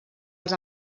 els